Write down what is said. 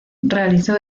realizó